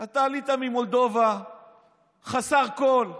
אתה עלית ממולדובה חסר כול.